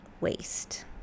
waste